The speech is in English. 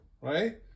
right